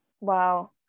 Wow